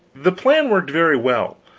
the plan worked very well,